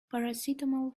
paracetamol